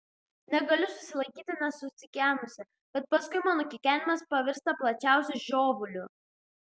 negaliu susilaikyti nesukikenusi bet paskui mano kikenimas pavirsta plačiausiu žiovuliu